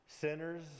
sinners